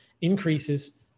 increases